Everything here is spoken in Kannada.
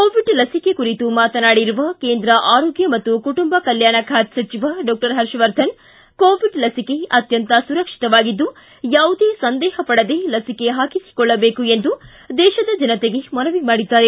ಕೋವಿಡ್ ಲಸಿಕೆ ಕುರಿತು ಮಾತನಾಡಿರುವ ಕೇಂದ್ರ ಆರೋಗ್ಯ ಮತ್ತು ಕುಟುಂಬ ಕಲ್ಕಾಣ ಖಾತೆ ಸಚಿವ ಡಾಕ್ಟರ್ ಹರ್ಷವರ್ಧನ್ ಕೋವಿಡ್ ಲಸಿಕೆ ಅತ್ಯಂತ ಸುರಕ್ಷಿತವಾಗಿದ್ದು ಯಾವುದೇ ಸಂದೇಹ ಪಡದೇ ಲಸಿಕೆ ಹಾಕಿಸಿಕೊಳ್ಳಬೇಕು ಎಂದು ದೇಶದ ಜನತೆಗೆ ಮನವಿ ಮಾಡಿದ್ದಾರೆ